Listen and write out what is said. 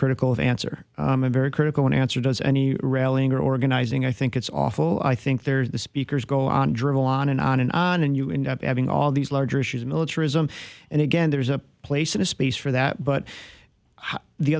critical of answer very critical an answer does any railing or organizing i think it's awful i think there's the speakers go on drivel on and on and on and you end up having all these larger issues militarism and again there's a place in a space for that but the